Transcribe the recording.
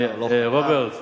רוברט,